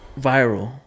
viral